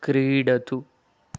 क्रीडतु